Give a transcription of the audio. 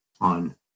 on